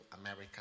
America